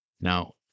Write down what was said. Now